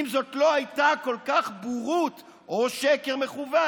אם זאת לא הייתה כל כך בורות או שקר מכוון,